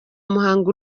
muhanga